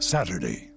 Saturday